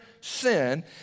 sin